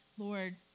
Lord